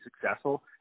successful